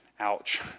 ouch